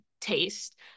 taste